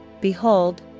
Behold